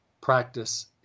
practice